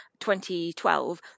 2012